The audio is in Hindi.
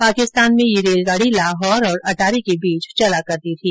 पाकिस्तान में यह रेलगाड़ी लाहौर और अटारी के बीच चला करती थी